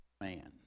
man